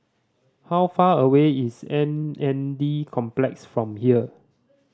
how far away is M N D Complex from here